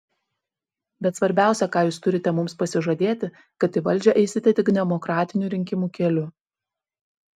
bet svarbiausia ką jūs turite mums pasižadėti kad į valdžią eisite tik demokratinių rinkimų keliu